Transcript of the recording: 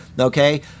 Okay